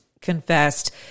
confessed